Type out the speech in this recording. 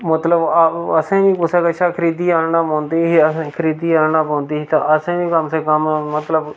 मतलब असें बी कुसै कशा खरीदियै आह्नना पौंदी ही असें खरीदियै आह्नना पौंदी ही ता असें बी कम से कम मतलब